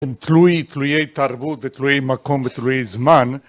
הם תלויי תרבות ותלויי מקום ותלויי זמן